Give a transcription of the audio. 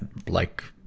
and like,